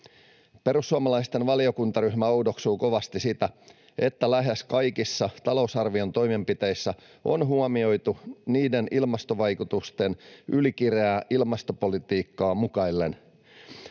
Perussuomalaisten valiokuntaryhmä oudoksuu kovasti siitä, että lähes kaikissa talousarvion toimenpiteissä on huomioitu niiden ilmastovaikutukset ylikireää ilmastopolitiikkaa mukaillen.